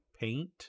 paint